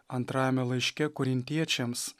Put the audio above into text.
antrajame laiške korintiečiams